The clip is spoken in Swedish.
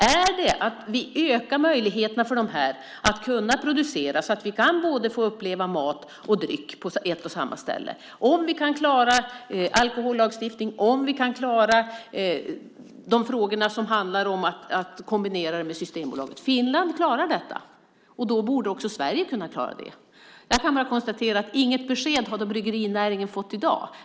Kan vi öka möjligheterna för dem att producera så att vi kan få uppleva både mat och dryck på ett och samma ställe? Kan vi klara alkohollagstiftningen och de frågor som handlar om att kombinera detta med Systembolaget? Finland klarar det, och då borde också Sverige kunna klara det. Jag kan bara konstatera att bryggerinäringen inte har fått något besked i dag.